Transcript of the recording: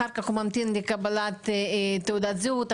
אחר כך ממתין לקבלת תעודת זהות,